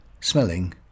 smelling